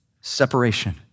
separation